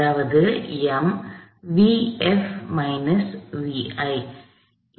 எனவே இது உங்களுக்கு இறுதி பதிலை அளிக்கிறது அடுத்த விரிவுரையில் அடுத்த உதாரண சிக்கலை எடுத்துக்கொள்வோம்